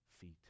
feet